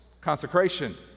consecration